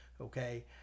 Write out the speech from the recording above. Okay